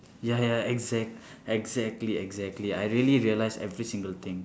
ya ya exact exactly exactly I really realise every single thing